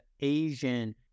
Asian